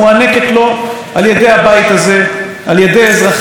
על ידי אזרחי ישראל, כדי לדאוג לאזרחי ישראל.